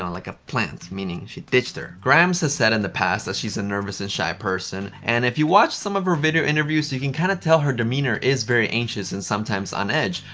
like a plant meaning she ditched her. grimes has said in the past that she's a nervous and shy person and if you watch some of her video interviews you can kind of tell her demeanor is very anxious and sometimes on edge,